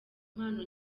impano